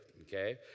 Okay